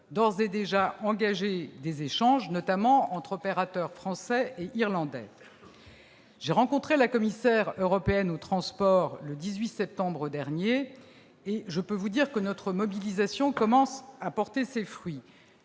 d'ores et déjà engagé des échanges, notamment entre opérateurs français et irlandais. J'ai rencontré la commissaire européenne aux transports le 18 septembre dernier et je peux vous dire que notre mobilisation commence à porter ses fruits.